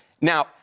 Now